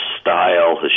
style